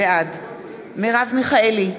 בעד מרב מיכאלי,